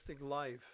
Life